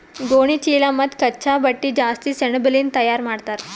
ಗೋಣಿಚೀಲಾ ಮತ್ತ್ ಕಚ್ಚಾ ಬಟ್ಟಿ ಜಾಸ್ತಿ ಸೆಣಬಲಿಂದ್ ತಯಾರ್ ಮಾಡ್ತರ್